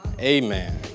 Amen